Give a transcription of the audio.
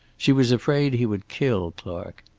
she was afraid he would kill clark.